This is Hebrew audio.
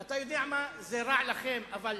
אתה יודע מה, זה רע לכם, אבל